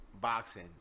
boxing